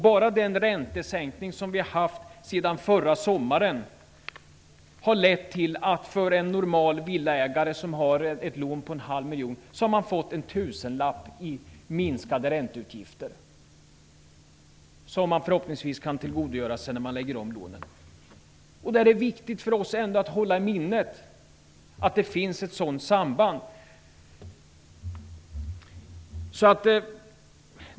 Bara den räntesänkning som skett sedan förra sommaren har lett till att en normal villaägare som har ett lån på en halv miljon har fått en tusenlapp i minskade ränteutgifter, som han förhoppningsvis kan tillgodogöra sig när han lägger om lånen. Det är viktigt för oss att hålla i minnet att det finns ett sådant samband.